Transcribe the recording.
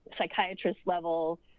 psychiatrist-level